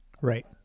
right